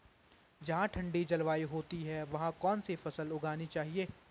जहाँ ठंडी जलवायु होती है वहाँ कौन सी फसल उगानी चाहिये?